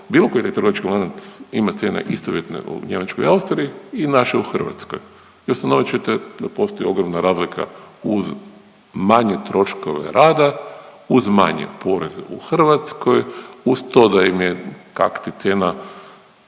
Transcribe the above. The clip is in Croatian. bilo koji trgovački lanac ima cijene istovjetne u Njemačkoj i Austriji i naše u Hrvatskoj i ustanovit ćete da postoji ogromna razlika uz manje troškove rada, uz manje poreze u Hrvatskoj, uz to da im je kakti cijena